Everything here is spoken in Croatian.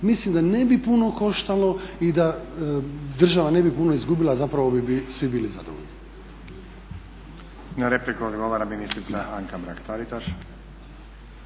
Mislim da ne bi puno koštalo i da država ne bi puno izgubila, a zapravo bi svi bili zadovoljni.